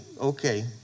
okay